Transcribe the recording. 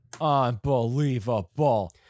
Unbelievable